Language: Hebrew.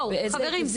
בואו חברים,